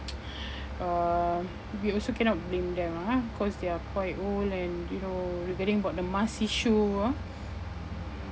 uh we also cannot blame them ah cause they are quite old and you know regarding about the mask issue ah